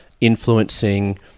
influencing